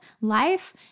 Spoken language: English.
life